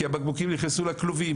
כי הבקבוקים נכנסו לכלובים.